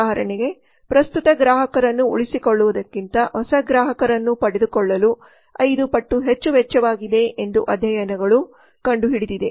ಉದಾಹರಣೆಗೆ ಪ್ರಸ್ತುತ ಗ್ರಾಹಕರನ್ನು ಉಳಿಸಿಕೊಳ್ಳುವುದಕ್ಕಿಂತ ಹೊಸ ಗ್ರಾಹಕರನ್ನು ಪಡೆದುಕೊಳ್ಳಲು 5 ಪಟ್ಟು ಹೆಚ್ಚು ವೆಚ್ಚವಾಗಿದೆ ಎಂದು ಅಧ್ಯಯನಗಳು ಕಂಡುಹಿಡಿದಿದೆ